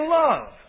love